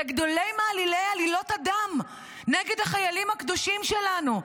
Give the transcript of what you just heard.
לגדולי מעלילי עלילות הדם נגד החיילים הקדושים שלנו.